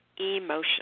emotion